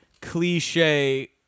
cliche